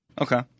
Okay